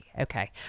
Okay